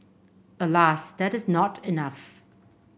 alas that is not enough